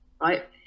right